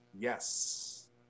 Yes